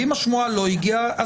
ואם השמועה לא הגיעה,